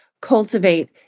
cultivate